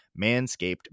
Manscaped